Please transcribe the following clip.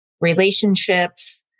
relationships